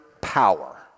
power